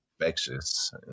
infectious